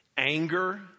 Anger